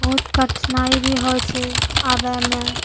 बहुत कठिनाइ भी होइ छै आबै मे